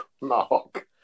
Mark